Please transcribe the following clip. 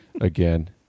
again